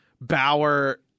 Bauer